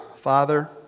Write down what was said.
Father